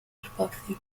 espacio